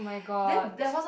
oh-my-god